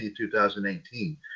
2018